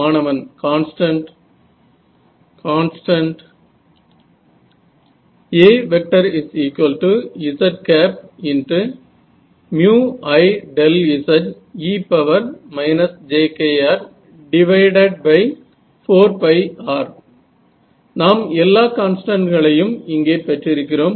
மாணவன் constant constant AzIze jkr4r நாம் எல்லா கான்ஸ்டன்ட் களையும் இங்கே பெற்றிருக்கிறோம்